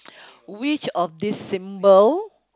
which of these symbol